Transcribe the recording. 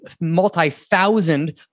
multi-thousand